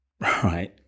right